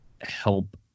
help